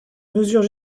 mesure